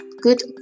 Good